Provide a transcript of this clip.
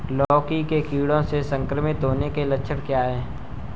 लौकी के कीड़ों से संक्रमित होने के लक्षण क्या हैं?